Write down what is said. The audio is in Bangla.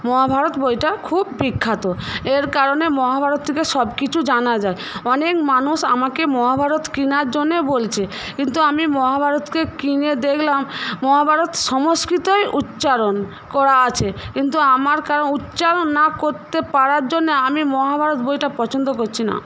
মহাভারত বইটা খুব বিখ্যাত এর কারণে মহাভারত থেকে সব কিছু জানা যায় অনেক মানুষ আমাকে মহাভারত কেনার জন্যে বলছে কিন্তু আমি মহাভারতকে কিনে দেখলাম মহাভারত সংস্কৃতেই উচ্চারণ করা আছে কিন্তু আমার উচ্চারণ না করতে পারার জন্য আমি মহাভারত বইটা পছন্দ করছি না